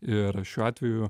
ir šiuo atveju